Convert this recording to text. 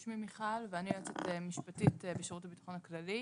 מיכל: שמי מיכל ואני יועצת משפטית בשירות הביטחון הכללי.